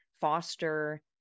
foster